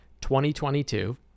2022